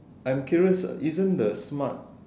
I'm curious isn't the smart